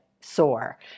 soar